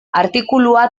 artikulua